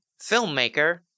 filmmaker